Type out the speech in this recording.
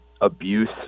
abuse